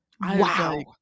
wow